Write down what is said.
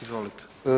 Izvolite.